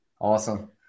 Awesome